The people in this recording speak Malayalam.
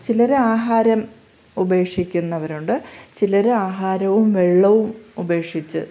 ചിലർ ആഹാരം ഉപേഷിക്കുന്നവരുണ്ട് ചിലർ ആഹാരവും വെള്ളവും ഉപേഷിച്ച്